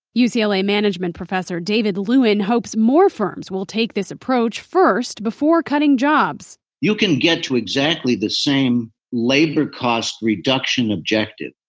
so ucla management professor david lewin hopes more firms will take this approach first before cutting jobs. you can get to exactly the same labor cost reduction objective,